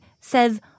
says